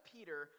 Peter